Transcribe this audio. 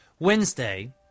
Wednesday